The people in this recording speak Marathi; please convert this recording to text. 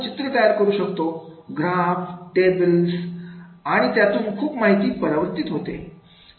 आपण चित्र तयार करू शकतो ग्राफ टेबल आणि त्यातून खूप माहिती परावर्तित होते